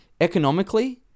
economically